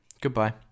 goodbye